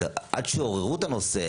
עד שעוררו את הנושא,